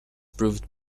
proved